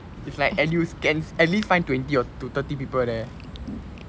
it's like at least you can at least find twenty or to thirty people there